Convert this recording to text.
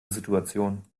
situation